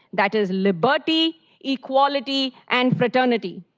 that is liberty, equality, and fraternity.